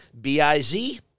B-I-Z